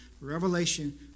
Revelation